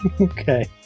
Okay